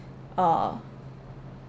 uh